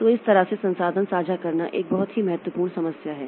तो इस तरह से संसाधन साझा करना एक बहुत ही महत्वपूर्ण समस्या है